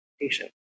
patient